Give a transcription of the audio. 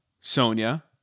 Sonia